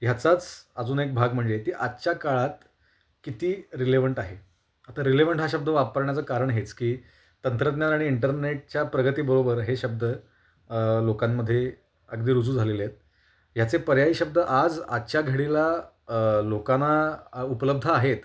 ह्याचाच अजून एक भाग म्हणजे ती आजच्या काळात किती रिलेवंट आहे आता रिलेव्हंट हा शब्द वापरण्याचं कारण हेच की तंत्रज्ञान आणि इंटरनेटच्या प्रगतीबरोबर हे शब्द लोकांमध्ये अगदी रुजू झालेले आहेत ह्याचे पर्यायी शब्द आज आजच्या घडीला लोकांना उपलब्ध आहेत